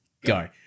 Go